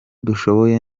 dushoboye